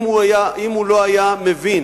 אם הוא לא היה מבין